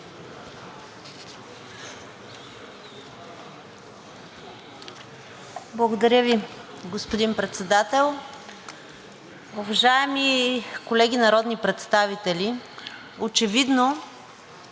Благодаря Ви, господин Председател. Уважаеми колеги народни представители, очевидно